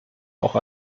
auch